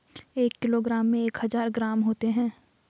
एक किलोग्राम में एक हजार ग्राम होते हैं